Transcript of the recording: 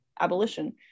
abolition